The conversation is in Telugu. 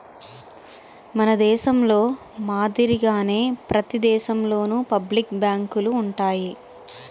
మన దేశంలో మాదిరిగానే ప్రతి దేశంలోనూ పబ్లిక్ బ్యాంకులు ఉంటాయి